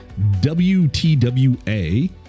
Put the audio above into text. WTWA